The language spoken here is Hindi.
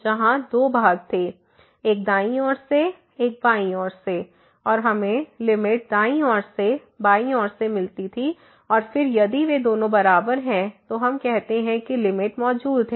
जहां दो भाग थे एक दायीं ओर से एक बायीं ओर से और हमें लिमिट दायीं ओर से बायीं ओर से मिलती थी और फिर यदि वे दोनों बराबर हैं तो हम कहते हैं कि लिमिट मौजूद है